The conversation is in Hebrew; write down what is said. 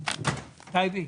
תקציבים.